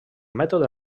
mètode